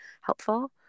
helpful